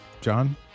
John